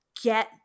Get